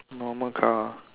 normal car